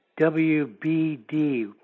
WBD